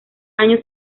años